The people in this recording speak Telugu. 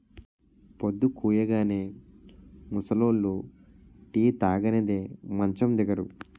పొద్దుకూయగానే ముసలోళ్లు టీ తాగనిదే మంచం దిగరు